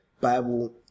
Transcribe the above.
Bible